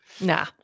Nah